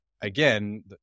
again